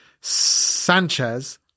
Sanchez